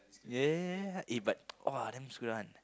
yeah eh but !wah! damn screwed one